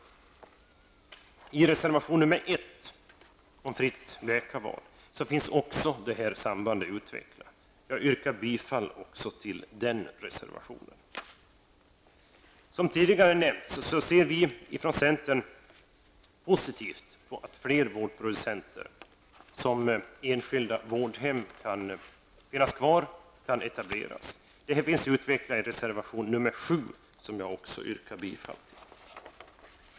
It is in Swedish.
Även i reservation 1, om fritt läkarval, finns detta samband utvecklat. Jag yrkar bifall även till denna reservation. Som tidigare nämnts ser vi från centern positivt på att flera vårdproducenter, såsom enskilda vårdhem, kan finnas kvar och kan etableras. Detta finns utvecklat i reservation 7, som jag yrkar bifall till.